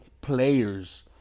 players